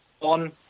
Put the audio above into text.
on